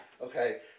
Okay